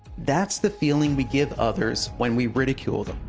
that's the feeling we give others when we ridicule them.